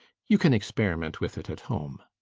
you can experiment with it at home.